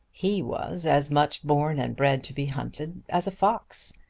he was as much born and bred to be hunted as a fox.